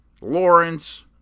Lawrence